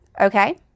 okay